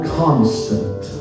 constant